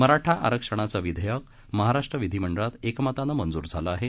मराठा आरक्षणाचे विधेयक महाराष्ट्र विधीमंडळात एकमताने मंजूर झाले आहे